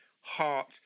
heart